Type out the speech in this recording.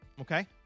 Okay